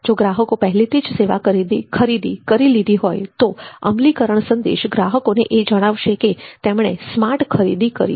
જો ગ્રાહકો પહેલેથીજ સેવા ખરીદી કરી લીધી હોય તો અમલીકરણ સંદેશ ગ્રાહકોને એ જણાવશે કે તેમણે સ્માર્ટ ખરીદી કરી છે